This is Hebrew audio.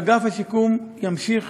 אגף השיקום ימשיך